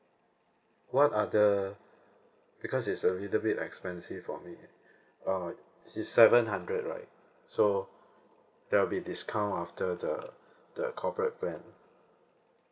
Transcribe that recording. what other because it's a little bit expensive for me uh it's seven hundred right so there will be discount after the the corporate plan